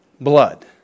blood